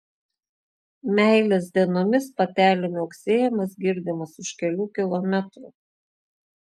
meilės dienomis patelių miauksėjimas girdimas už kelių kilometrų